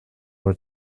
were